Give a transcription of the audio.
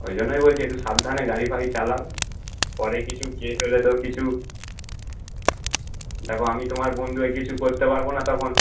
ওই জন্যই বলছি একটু সাবধানে গাড়ি ফাড়ি চালাও পরে কিছু কেস হলে তো কিছু দেখো আমি তোমার বন্ধু হয়ে কিছু করতে পারবো না তখন